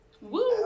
Woo